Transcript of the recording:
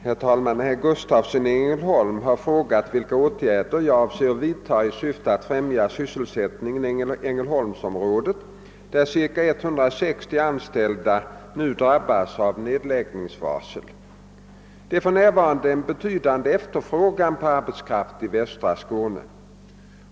Herr talman! Herr Gustavsson i Ängelholm har frågat vilka åtgärder jag avser vidta i syfte att främja sysselsättningen i ängelholmsområdet, där ca 160 anställda nu drabbats av nedläggningsvarsel. Det är för närvarande en betydande efterfrågan på arbetskraft i västra Skåne.